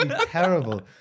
Terrible